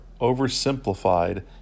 oversimplified